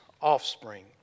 offspring